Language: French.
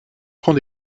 prend